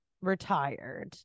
retired